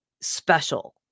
special